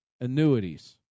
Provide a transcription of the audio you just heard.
annuities